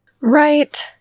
Right